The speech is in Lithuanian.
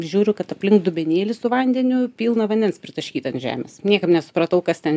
žiūriu kad aplink dubenėlį su vandeniu pilna vandens pritaškyta ant žemės niekaip nesupratau kas ten